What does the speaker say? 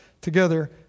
together